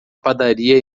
padaria